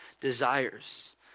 desires